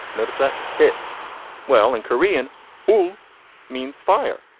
notice that it well in korean rule means fire.